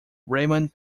raymond